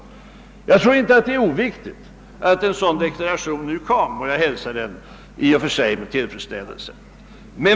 Jag tror inte det är oviktigt att en sådan deklaration nu gjordes, och jag hälsar den med tillfredsställelse.